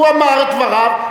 הוא אמר את דבריו.